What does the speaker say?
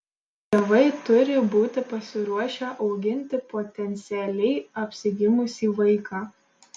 tėvai turi būti pasiruošę auginti potencialiai apsigimusį vaiką